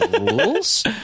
rules